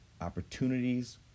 opportunities